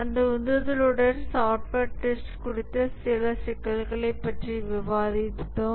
அந்த உந்துதலுடன் software test குறித்த சில சிக்கல்களைப் பற்றி விவாதிப்போம்